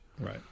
Right